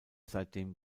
seitdem